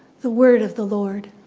the word of the lord.